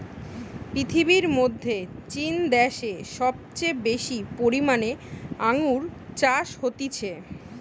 পৃথিবীর মধ্যে চীন দ্যাশে সবচেয়ে বেশি পরিমানে আঙ্গুর চাষ হতিছে